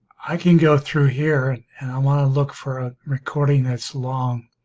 i can go through here and i want to look for a recording that's long